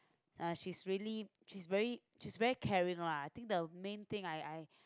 uh she's really she's very she's very caring lah I think the main thing I I